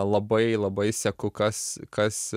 labai labai seku kas kas